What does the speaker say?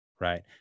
Right